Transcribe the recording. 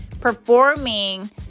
performing